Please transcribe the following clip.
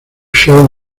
sharon